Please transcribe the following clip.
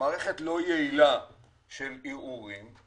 ומערכת לא יעילה של ערעורים.